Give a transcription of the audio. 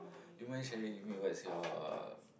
you mind sharing with me what's your